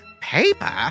paper